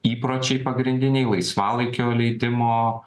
įpročiai pagrindiniai laisvalaikio leidimo